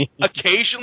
occasionally